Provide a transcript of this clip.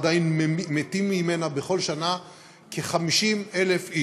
עדיין מתים ממנה בכל שנה כ-50,000 בני